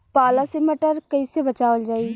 पाला से मटर कईसे बचावल जाई?